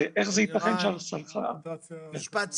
אלירן, משפט סיום.